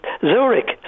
Zurich